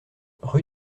rue